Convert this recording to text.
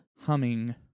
Humming